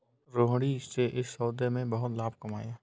रोहिणी ने इस सौदे में बहुत लाभ कमाया